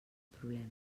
problemes